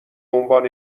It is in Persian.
عنوان